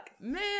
Man